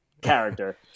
character